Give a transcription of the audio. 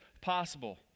possible